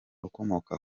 ukomoka